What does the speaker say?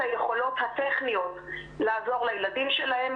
היכולות הטכניות לעזור לילדים שלהם.